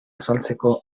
azaltzeko